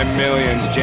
millions